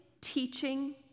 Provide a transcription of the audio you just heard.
teaching